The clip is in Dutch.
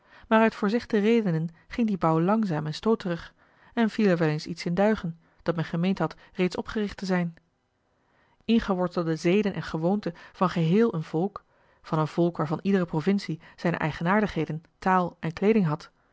maar uit voorzegde redenen ging die bouw langzaam en stooterig en viel er wel eens iets in duigen dat men gemeend had reeds opgericht te zijn ingewortelde zeden en gewoonten van geheel een volk van een volk waarvan iedere provincie zijne eigenaardigheden taal en kleeding had